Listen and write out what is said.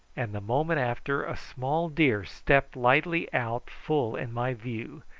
and the moment after a small deer stepped lightly out full in my view,